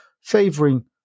favoring